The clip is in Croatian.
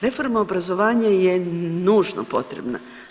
Reforma obrazovanja je nužno potrebna.